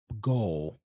goal